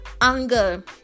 anger